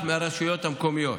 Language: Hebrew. מהרשויות המקומיות.